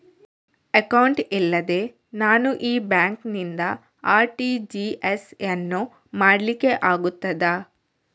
Account ಇಲ್ಲದೆ ನಾನು ಈ ಬ್ಯಾಂಕ್ ನಿಂದ ಆರ್.ಟಿ.ಜಿ.ಎಸ್ ಯನ್ನು ಮಾಡ್ಲಿಕೆ ಆಗುತ್ತದ?